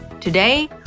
Today